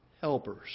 helpers